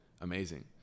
amazing